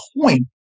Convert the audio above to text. point